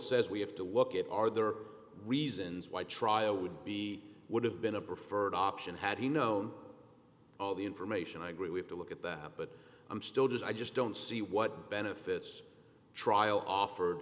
says we have to look at are there are reasons why trial would be would have been a preferred option had he known all the information i agree we have to look at that but i'm still just i just don't see what benefits trial offered